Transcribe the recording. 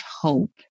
hope